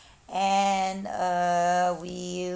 and uh we